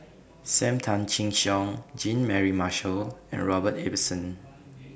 SAM Tan Chin Siong Jean Mary Marshall and Robert Ibbetson